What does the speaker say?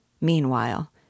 Meanwhile